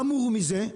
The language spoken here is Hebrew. חמור מזה,